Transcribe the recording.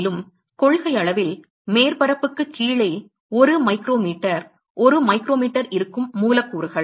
மேலும் கொள்கையளவில் மேற்பரப்புக்குக் கீழே ஒரு மைக்ரோமீட்டர் ஒரு மைக்ரோமீட்டர் இருக்கும் மூலக்கூறுகள்